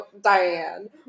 Diane